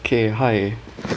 okay hi